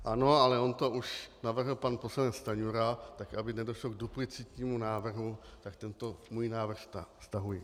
Ano, ale on to už navrhl pan poslanec Stanjura, tak aby nedošlo k duplicitnímu návrhu, tak tento svůj návrh stahuji.